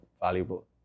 valuable